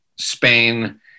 Spain